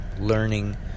learning